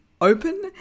open